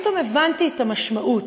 פתאום הבנתי את המשמעות,